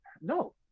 No